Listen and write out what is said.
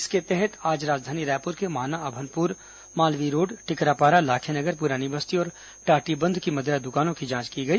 इसके तहत आज राजधानी रायपुर के माना अभनपुर मालवीय रोड़ टिकरापारा लाखेनगर पुरानीबस्ती और टाटीबंध की मदिरा दुकानों की जांच की गई